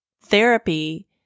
therapy